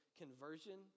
conversion